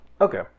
Okay